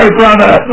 brother